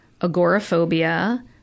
agoraphobia